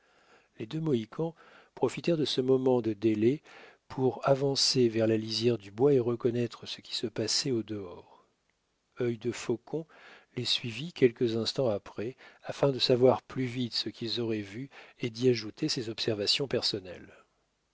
les deux mohicans profitèrent de ce moment de délai pour avancer vers la lisière du bois et reconnaître ce qui se passait au dehors œil de faucon les suivit quelques instants après afin de savoir plus vite ce qu'ils auraient vu et d'y ajouter ses observations personnelles